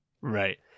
Right